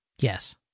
Yes